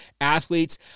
athletes